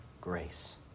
grace